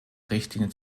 richtlinie